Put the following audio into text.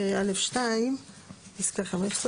ב-א2 פסקה 15,